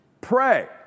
Pray